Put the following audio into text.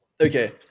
Okay